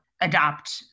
adopt